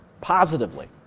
positively